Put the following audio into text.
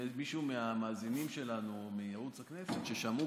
אם מישהו מהמאזינים שלנו מערוץ הכנסת ששמעו